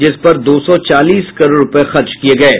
जिसपर दो सौ चालीस करोड़ रूपये खर्च किये गये हैं